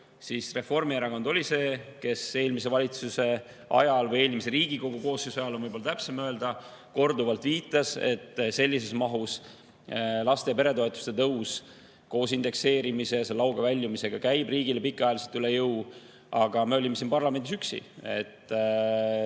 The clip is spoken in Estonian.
siis Reformierakond oli see, kes eelmise valitsuse ajal või eelmise Riigikogu koosseisu ajal, nagu on võib-olla täpsem öelda, korduvalt viitas, et sellises mahus laste- ja peretoetuste tõus koos indekseerimise ja lauge väljumisega käib riigile pikaajaliselt üle jõu. Aga me olime siin parlamendis üksi.